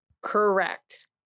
Correct